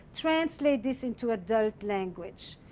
translate this into adult language.